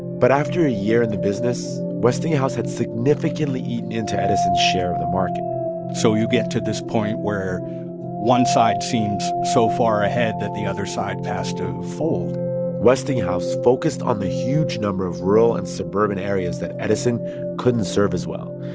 but after a year in the business, westinghouse had significantly into edison's share of the market so you get to this point where one side seems so far ahead that the other side has to fold westinghouse focused on the huge number of rural and suburban areas that edison couldn't serve as well.